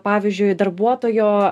pavyzdžiui darbuotojo